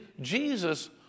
Jesus